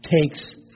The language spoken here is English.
takes